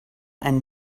and